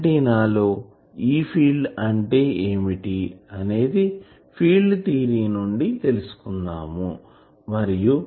antenna లో E field అంటే ఏమిటో అనేది ఫీల్డ్ థియరీ నుండి తెలుసుకున్నాం